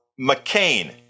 McCain